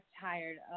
tired